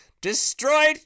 destroyed